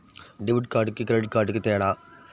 Debit కార్డుకి credit కార్డుకి తేడా?